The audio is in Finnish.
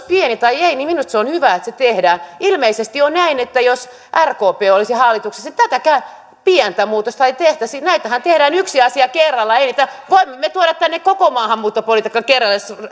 pieni tai ei niin minusta on hyvä että se tehdään ilmeisesti on näin että jos rkp olisi hallituksessa niin tätäkään pientä muutosta ei tehtäisi näitähän tehdään yksi asia kerrallaan ei niitä voimme me tuoda tänne koko maahanmuuttopolitiikan kerralla jos